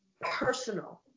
personal